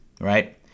right